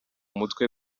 mutwe